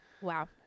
Wow